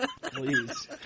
Please